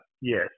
yes